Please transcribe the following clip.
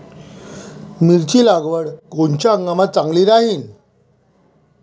मिरची लागवड कोनच्या हंगामात चांगली राहीन?